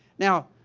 now,